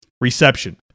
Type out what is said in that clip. reception